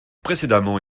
précédemment